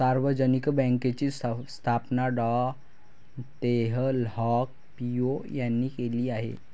सार्वजनिक बँकेची स्थापना डॉ तेह हाँग पिओ यांनी केली आहे